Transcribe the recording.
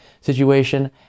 situation